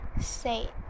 say